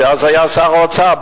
שאז היה שר האוצר,